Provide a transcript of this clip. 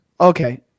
Okay